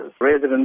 Residents